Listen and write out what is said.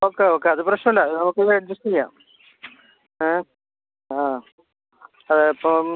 നോക്കാം നോക്കാം അത് പ്രശ്നമില്ല അത് നമുക്കെല്ലാം അഡ്ജസ്റ്റ് ചെയ്യാം ഏ ആ അതെ അപ്പം